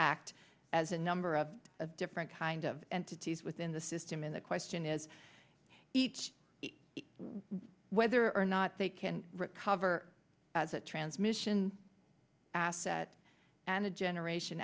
act as a number of different kind of entities within the system and the question is each whether or not they can recover as a transmission asset and a generation